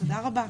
תודה רבה.